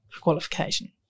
qualification